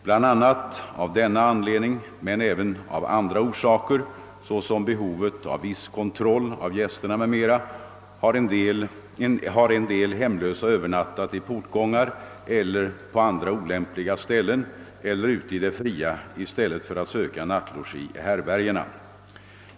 Bland annat av denna anledning men även av andra orsaker — såsom behovet av viss kontroll av gästerna m.m. — har en del hemlösa övernattat i portgångar eller på andra olämpliga ställen eller ute i det fria i stället för att söka nattlogi i härbärgena.